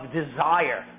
desire